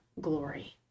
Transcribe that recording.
glory